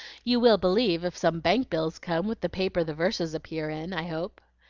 you will believe if some bank-bills come with the paper the verses appear in, i hope?